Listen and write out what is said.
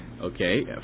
Okay